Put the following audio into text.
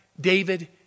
David